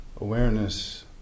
awareness